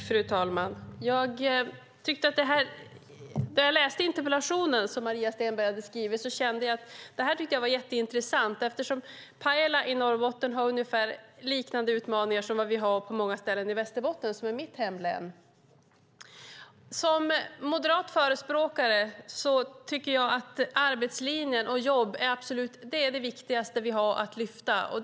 Fru talman! När jag läste den interpellation som Maria Stenberg hade skrivit tyckte jag att det var jätteintressant, eftersom Pajala i Norrbotten har ungefär liknande utmaningar som vi har på många ställen i Västerbotten, som är mitt hemlän. Som moderat företrädare tycker jag att arbetslinjen och jobb är det viktigaste vi har att lyfta fram.